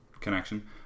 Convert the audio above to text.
connection